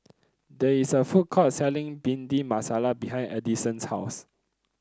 there is a food court selling Bhindi Masala behind Edison's house